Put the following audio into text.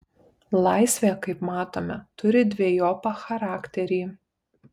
laisvė kaip matome turi dvejopą charakterį